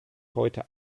heute